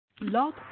Log